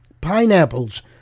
pineapples